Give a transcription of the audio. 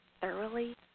thoroughly